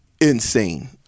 insane